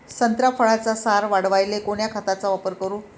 संत्रा फळाचा सार वाढवायले कोन्या खताचा वापर करू?